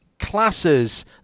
classes